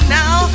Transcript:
now